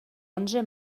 onze